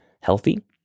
healthy